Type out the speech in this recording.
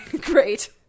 great